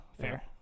Fair